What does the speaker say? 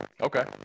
okay